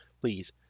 Please